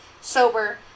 sober